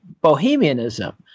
bohemianism